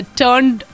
turned